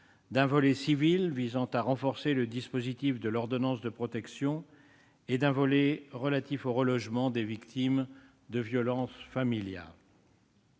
d'un volet civil, visant à renforcer le dispositif de l'ordonnance de protection, et d'un volet relatif au relogement des victimes de violences familiales.